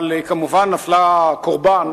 אבל כמובן נפלה קורבן